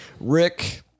Rick